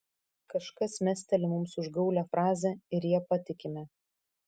kažkas mesteli mums užgaulią frazę ir ja patikime